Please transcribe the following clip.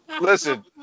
Listen